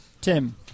Tim